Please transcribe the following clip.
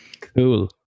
Cool